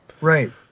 Right